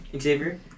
Xavier